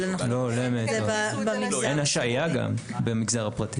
גם אין השעיה במגזר הפרטי.